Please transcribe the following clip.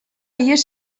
ihes